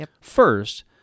First